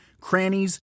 crannies